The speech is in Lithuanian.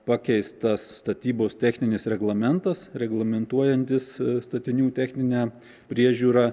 pakeistas statybos techninis reglamentas reglamentuojantis statinių techninę priežiūrą